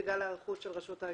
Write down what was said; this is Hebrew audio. בגלל ההיערכות של רשות ההגירה,